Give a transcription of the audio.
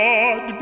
God